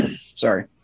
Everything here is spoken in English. Sorry